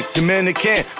Dominican